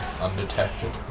undetected